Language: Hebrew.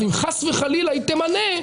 ואם חס וחלילה היא תמנה,